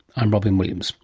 i'm robyn williams